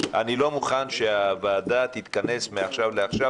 אני לא מוכן שהוועדה תתכנס מעכשיו לעכשיו,